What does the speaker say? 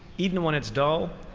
even when it's dull,